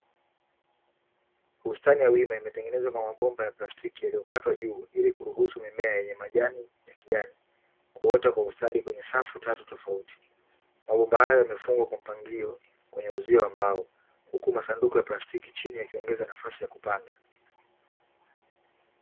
Bustani ya wima, imetengenezwa na mabomba ya plastiki yaliyokatwa juu ili kuruhusu mimea yenye majani ya kijani kuota kwa ustadi kwenye safu tatu tofauti. Mabomba hayo yamefungwa kwa mpangilio kwenye uzio wa mbao, huku masanduku ya pastiki chini yakiongeza nafasi ya kupanda.